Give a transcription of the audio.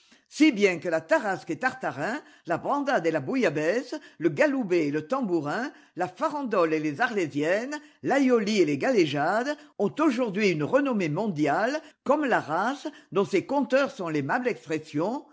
si bien que la tarasque et tartarin la brandade et la bouillabaisse le galoubet et le tambourin la farandole et les arlésiennes l'aïoli et les galéjades ont aujourd'hui une renommée mondiale comme la race dont ces conteurs sont l'aimable expression